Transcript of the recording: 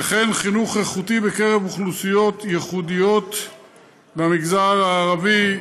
וכן חינוך איכותי בקרב אוכלוסיות ייחודיות כמגזר הערבי,